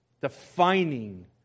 defining